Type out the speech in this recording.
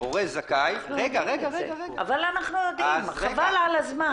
הורה זכאי --- אבל אנחנו יודעים, חבל על הזמן.